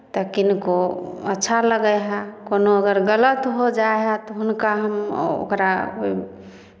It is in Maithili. तऽ किनको अच्छा लगै हए कोनो अगर गलत हो जाइ हए तऽ हुनका हम ओकरा